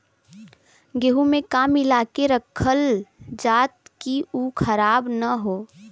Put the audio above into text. गेहूँ में का मिलाके रखल जाता कि उ खराब न हो?